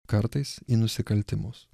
kartais į nusikaltimus